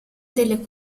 delle